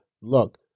look